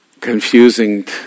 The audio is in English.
confusing